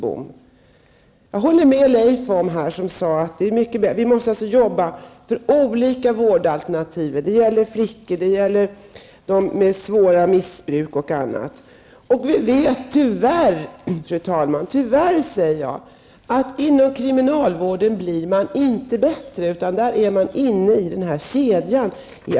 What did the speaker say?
Jag håller med Leif Carlson om att vi måste jobba med olika vårdalternativ. Det gäller flickor, det gäller dem med svårt missbruk, osv. Vi vet, fru talman, att man tyvärr inte blir bättre inom kriminalvården. Där är man i allmänhet inne i den här ''kedjan''.